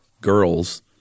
girls